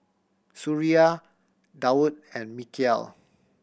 Suria Daud and Mikhail